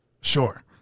Sure